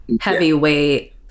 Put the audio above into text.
heavyweight